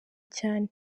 cyane